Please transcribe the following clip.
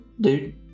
dude